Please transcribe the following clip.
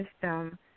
system